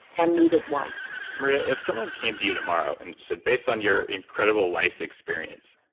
and needed one maria, if someone came to you tomorrow and said, based on your incredible life's experience,